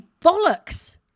bollocks